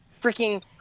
Freaking